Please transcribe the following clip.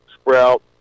sprout